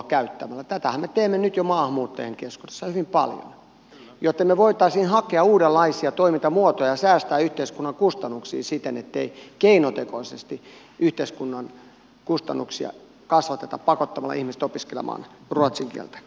tätähän me teemme nyt jo maahanmuuttajien keskuudessa hyvin paljon joten me voisimme hakea uudenlaisia toimintamuotoja ja säästää yhteiskunnan kustannuksia siten ettei keinotekoisesti yhteiskunnan kustannuksia kasvateta pakottamalla ihmiset opiskelemaan ruotsin kieltä